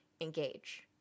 engage